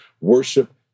worship